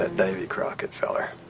ah davy crockett feller,